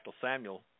Samuel